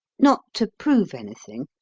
not to prove anything,